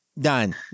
Done